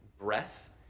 breath